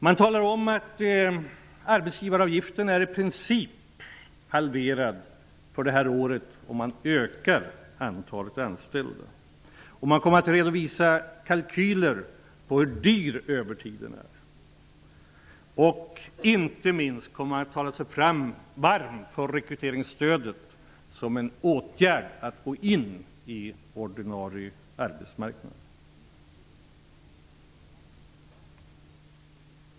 Man talar om att arbetsgivaravgiften i princip är halverad för detta år om antalet anställda ökar. Man kommer att redovisa kalkyler på hur dyr övertiden är. Inte minst kommer man att tala sig varm för rekryteringsstödet som en åtgärd för att få in människor på ordinarie arbetsmarknad.